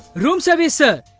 room service sir.